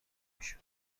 میشد